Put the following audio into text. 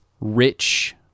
rich